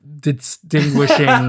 distinguishing